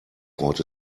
freut